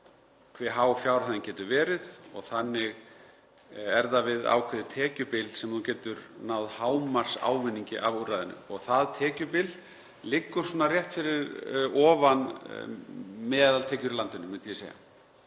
getur verið og þannig er það við ákveðið tekjubil sem þú getur náð hámarksávinningi af úrræðinu og það tekjubil liggur svona rétt fyrir ofan meðaltekjur í landinu myndi ég segja.